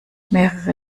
mehrere